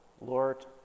Lord